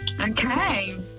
Okay